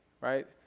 right